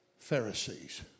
Pharisees